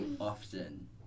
often